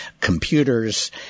computers